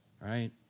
right